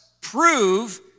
prove